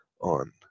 on